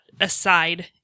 aside